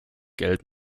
geld